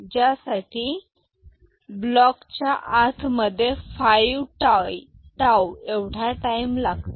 यासाठी ब्लॉकच्या आत मध्ये 5 टाऊ एवढा टाइम लागतो